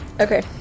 Okay